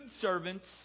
servants